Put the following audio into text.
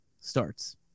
starts